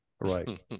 Right